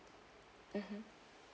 mmhmm